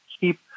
keep